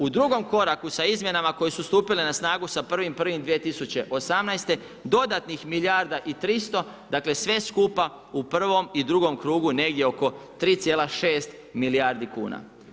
U drugom koraku sa izmjenama koje su stupile na snagu sa 1.1.2018., dodatnih milijarda i 300, dakle sve skupa u prvom i drugom krugu negdje oko 3,6 milijardi kuna.